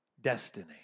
destiny